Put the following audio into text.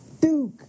Duke